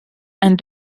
and